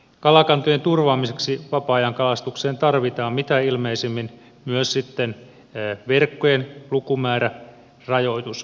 kalakantojen turvaamiseksi vapaa ajankalastukseen tarvitaan mitä ilmeisimmin myös sitten verkkojen lukumäärärajoitus